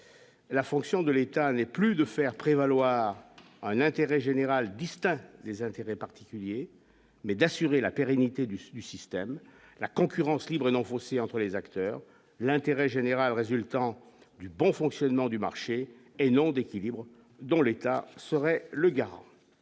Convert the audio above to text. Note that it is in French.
La fonction de l'État n'est plus de faire prévaloir à l'intérêt général, distincts des intérêts particuliers, mais d'assurer la pérennité du site du système, la concurrence libre et non faussée entre les acteurs, l'intérêt général résultant du bon fonctionnement du marché et non d'équilibre dont l'État serait le garant.